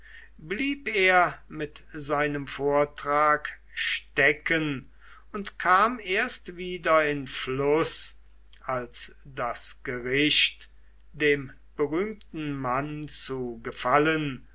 blieb er mit seinem vortrag stecken und kam erst wieder in fluß als das gericht dem berühmten mann zu gefallen